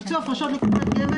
יום.